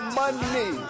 money